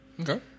Okay